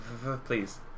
Please